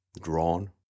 drawn